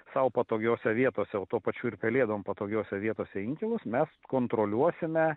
sau patogiose vietose o tuo pačiu ir pelėdom patogiose vietose inkilus mes kontroliuosime